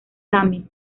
tamil